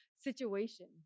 situation